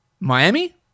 Miami